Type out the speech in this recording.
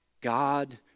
God